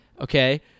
Okay